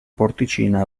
porticina